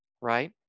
Right